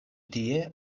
tie